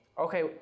Okay